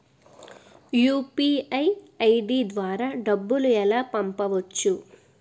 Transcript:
UPI ID ద్వారా డబ్బులు ఎలా పంపవచ్చు?